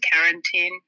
quarantine